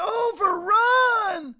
overrun